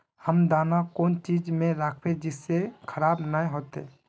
हम दाना कौन चीज में राखबे जिससे खराब नय होते?